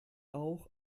auch